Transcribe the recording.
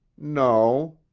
no.